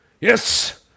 Yes